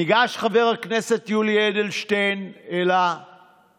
ניגש חבר הכנסת יולי אדלשטיין אל המיקרופון